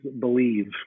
Believe